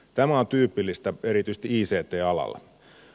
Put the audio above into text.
tämä on tyypillistä erityisesti ict alalla